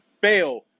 fail